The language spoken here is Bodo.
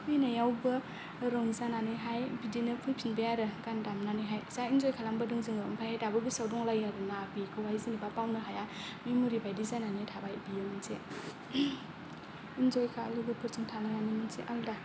फैनायावबो रंजानानैहाय बिदिनो फैफिनबाय आरो गान दामनानैहाय जा इनजय खालामबोदों जोंङो ओमफ्राय दाबो गोसोआव दंलायो आरोना बेखौहाय जेनबा बावनो हाया मेम'रि बायदि जानानै थाबाय बियो मोनसे इनजय खा लोगोफोरजों थानायानो मोनसे आलादा